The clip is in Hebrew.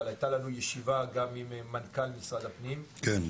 אבל הייתה לנו ישיבה גם עם מנכ"ל משרד הפנים --- כן,